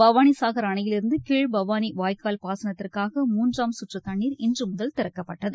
பவானி சாகர் அணையிலிருந்து கீழ் பவானி வாய்க்கால் பாசனத்திற்காக மூன்றாம் சுற்று தண்ணீர் இன்று முதல் திறக்கப்பட்டது